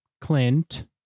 Clint